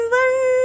one